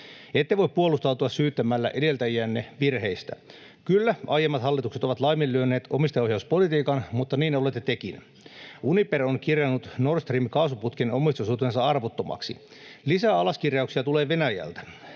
Ette voi puolustautua syyttämällä edeltäjiänne virheistä. Kyllä, aiemmat hallitukset ovat laiminlyöneet omistajaohjauspolitiikan, mutta niin olette tekin. Uniper on kirjannut Nord Stream ‑kaasuputken omistusosuutensa arvottomaksi. Lisää alaskirjauksia tulee Venäjältä.